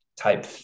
type